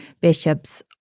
bishops